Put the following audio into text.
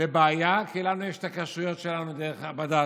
לבעיה, כי לנו יש את הכשרויות שלנו, בד"ץ,